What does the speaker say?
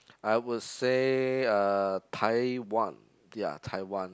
I would say uh Taiwan ya Taiwan